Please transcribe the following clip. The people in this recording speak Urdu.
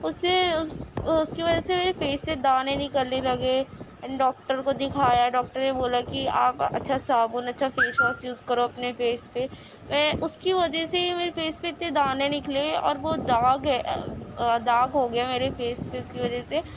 اسے اس کی وجہ سے فیس سے دانے نکلنے لگے اینڈ ڈاکٹر کو دکھایا ڈاکٹر نے بولا کہ آپ اچھا صابن اچھا فیس واش یوز کرو اپنے فیس پہ میں اس کی وجہ سے میرے فیس پہ اتنے دانے نکلے اور وہ داغ داغ ہو گیا میرے فیس پہ اس کی وجہ سے